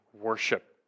worship